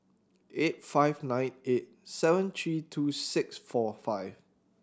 eight five nine eight seven three two six four five